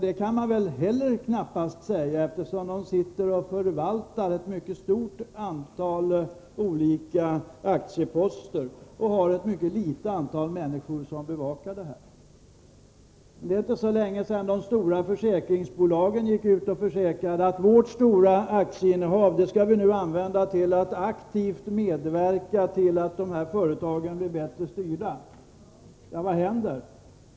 Det kan man väl knappast säga, eftersom dessa institutioner förvaltar ett mycket stort antal olika aktieposter och har ett mycket litet antal människor som bevakar detta. Det är inte så länge sedan de stora försäkringsbolagen gick ut och försäkrade att de skulle använda sitt stora aktieinnehav för att aktivt medverka till att företagen blev bättre styrda. Vad hände?